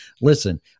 Listen